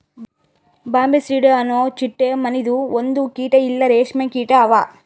Bombycidae ಅನೊ ಚಿಟ್ಟೆ ಮನಿದು ಒಂದು ಕೀಟ ಇಲ್ಲಾ ರೇಷ್ಮೆ ಕೀಟ ಅವಾ